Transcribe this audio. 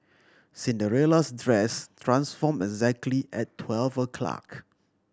Cinderella's dress transformed exactly at twelve o'clock